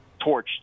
torched